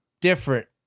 different